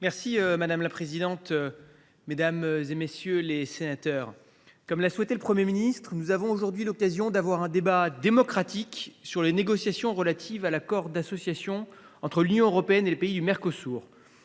Madame la présidente, mesdames, messieurs les sénateurs, comme l’a souhaité le Premier ministre, nous avons aujourd’hui l’occasion d’avoir un débat démocratique sur les négociations relatives à l’accord d’association entre l’Union européenne et les pays du Mercosur.